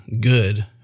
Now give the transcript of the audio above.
good